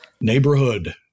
Neighborhood